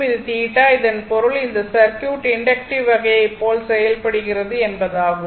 இது θ இதன் பொருள் இந்த சர்க்யூட் இண்டக்ட்டிவ் வகையைப் போல செயல்படுகிறது என்பதாகும்